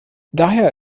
daher